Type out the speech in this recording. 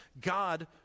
God